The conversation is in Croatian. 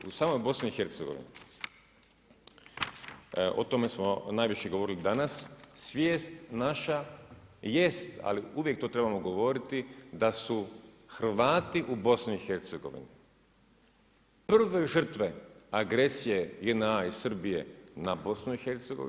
U samoj BiH, o tome smo najviše govorili danas, svijest naša jest, ali uvijek to trebamo govoriti da su Hrvati u BiH prve žrtve agresije JNA i Srbije na BiH.